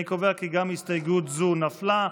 אני קובע כי גם הסתייגות זו נפלה.